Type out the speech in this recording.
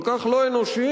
כל כך לא אנושיים,